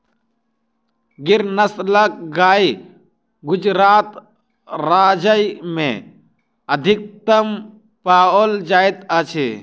गिर नस्लक गाय गुजरात राज्य में अधिकतम पाओल जाइत अछि